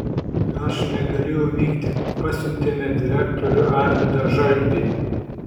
aš negalėjau vykti pasiuntėme direktorių arvydą žalpį